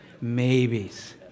maybes